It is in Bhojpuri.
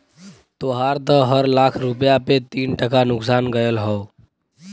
तोहार त हर लाख रुपया पे तीन टका नुकसान गयल हौ